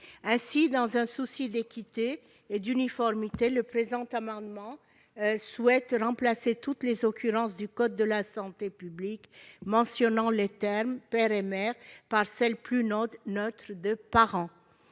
Ainsi, dans un souci d'équité et d'uniformité, le présent amendement tend à remplacer toutes les occurrences, dans le code de la santé publique, des termes « père et mère » par le mot plus neutre de « parents ».